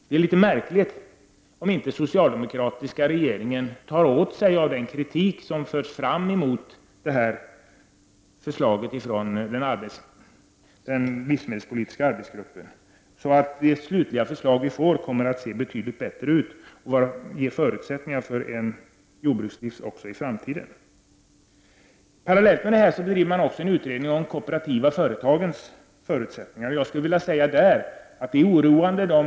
Det är litet märkligt om inte den socialdemokratiska regeringen tar åt sig av den kritik som har förts fram mot förslaget från den livsmedelspolitiska arbetsgruppen, så att det slutliga förslaget kommer att se betydligt bättre ut och ge förutsättningar för en jordbruksdrift också i framtiden. Parallellt bedriver man också en utredning om de kooperativa företagens förutsättningar. Det som har läckt ut från utredningen är oroande.